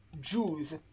Jews